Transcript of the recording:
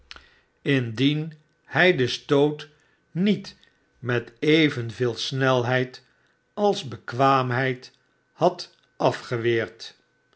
indien hij den stoot niet met evenwel snelheid als bekwaamheid had afgeweerd